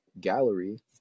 gallery